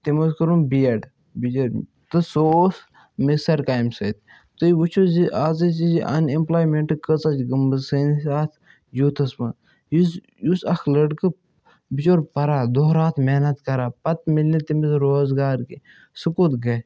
تٔمۍ اوس کوٚرمُت بی ایڈ بِچٲرۍ تہٕ سُہ اوس مِستَر کامہِ سۭتۍ تُہۍ وٕچھِو زِ آز ٲسۍ یہِ اَن اٮ۪مپلایمٮ۪نٛٹ کۭژاہ چھِ گٔمٕژ سٲنِس اَتھ یوٗتھَس منٛز یُس یُس اَکھ لٔڑکہٕ بِچور پَران دۄہ راتھ محنت کَران پَتہٕ مِلہِ نہٕ تٔمِس روزگار کینٛہہ سُہ کوٚت گہ